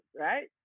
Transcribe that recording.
right